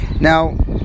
Now